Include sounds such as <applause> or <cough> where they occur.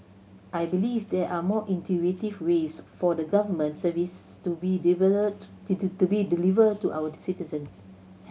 I believe there are more intuitive ways for the government services to be developed <unintelligible> to be delivered to our citizens